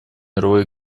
мировой